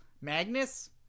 Magnus